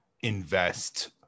invest